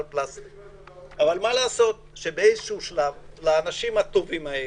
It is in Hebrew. אבל באיזשהו שלב לאנשים הטובים האלה,